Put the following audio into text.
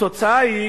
התוצאה היא